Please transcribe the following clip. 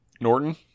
Norton